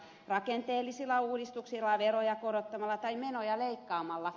rakenteellisilla uudistuksilla veroja korottamalla tai menoja leikkaamalla